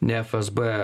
ne fsb